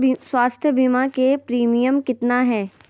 स्वास्थ बीमा के प्रिमियम कितना है?